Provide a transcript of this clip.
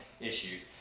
issues